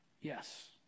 yes